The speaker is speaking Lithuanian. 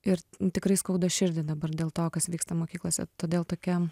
ir tikrai skauda širdį dabar dėl to kas vyksta mokyklose todėl tokia